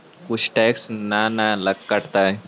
कुछ टैक्स ना न कटतइ?